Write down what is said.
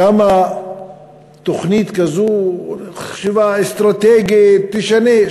כמה תוכנית כזו, חשיבה אסטרטגית, תשנה?